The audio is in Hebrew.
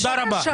תודה רבה.